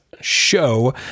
show